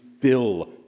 fill